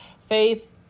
Faith